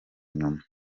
inyuma